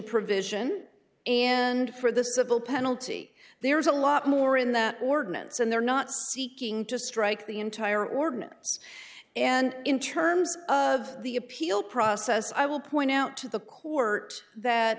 provision and for the civil penalty there is a lot more in the ordinance and they're not seeking to strike the entire ordinance and in terms of the appeal process i will point out to the court that